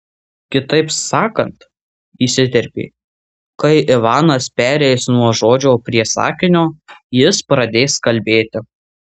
kitaip sakant įsiterpė kai ivanas pereis nuo žodžio prie sakinio jis pradės kalbėti